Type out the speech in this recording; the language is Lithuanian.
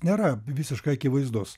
nėra visiškai akivaizdus